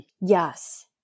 Yes